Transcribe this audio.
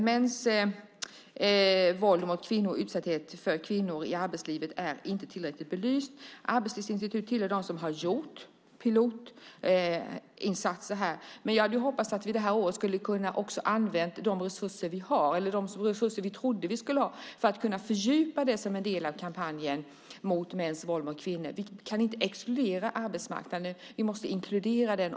Mäns våld mot kvinnor, utsattheten för kvinnor, i arbetslivet är inte tillräckligt belyst. Arbetslivsinstitutet tillhör dem som har gjort pilotinsatser här, men jag hade hoppats att vi under det här året också skulle ha kunnat använda de resurser som vi trodde att vi skulle ha för att kunna fördjupa detta som en del av kampanjen mot mäns våld mot kvinnor. Vi kan inte exkludera arbetsmarknaden. Vi måste inkludera den.